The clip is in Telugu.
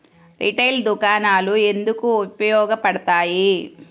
రిటైల్ దుకాణాలు ఎందుకు ఉపయోగ పడతాయి?